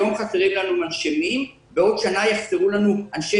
היום חסרים לנו מנשמים; בעוד שנה יחסרו לנו אנשי